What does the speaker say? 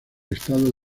estado